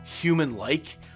human-like